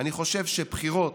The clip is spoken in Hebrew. אני חושב שבחירות,